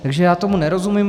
Takže tomu nerozumím.